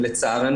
לצערנו,